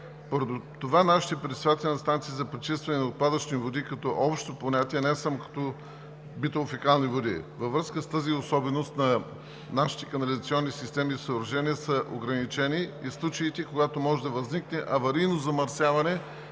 Поради това нашите пречиствателни станции са за почистване на отпадъчни води – като общо понятие, а не само като битово-фекални води. Във връзка с тази особеност на нашите канализационни системи и съоръжения са ограничени и случаите, когато може да възникне аварийно замърсяване